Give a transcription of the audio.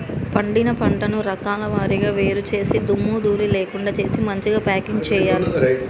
పండిన పంటను రకాల వారీగా వేరు చేసి దుమ్ము ధూళి లేకుండా చేసి మంచిగ ప్యాకింగ్ చేయాలి